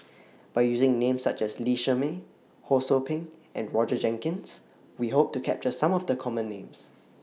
By using Names such as Lee Shermay Ho SOU Ping and Roger Jenkins We Hope to capture Some of The Common Names